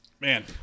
Man